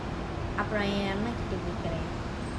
அப்புறம் ஏன் அண்ணா கிட்ட குடுக்குறான்:apram yean anna kita kudukuran